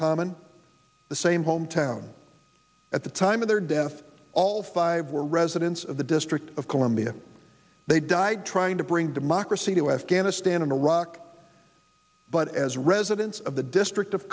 common the same hometown at the time of their death all five were residents of the district of columbia they died trying to bring democracy to afghanistan and iraq but as residents of the district of